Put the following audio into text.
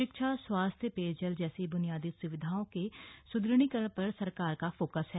शिक्षा स्वास्थ्य पेयजल जैसी ब्नियादी सुविधाओं के सुदृढ़ीकरण पर सरकार का फोकस है